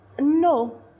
No